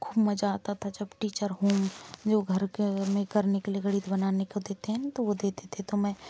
खूब मजा आता था जब टीचर होम जो घर के निकली गणित बनाने को देते है न तो वो देते थे तो मैं